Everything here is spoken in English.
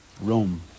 Rome